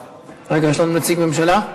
רגע, יש לנו נציג ממשלה?